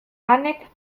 anek